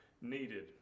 needed